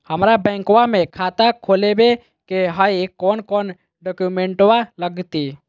हमरा बैंकवा मे खाता खोलाबे के हई कौन कौन डॉक्यूमेंटवा लगती?